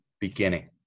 beginning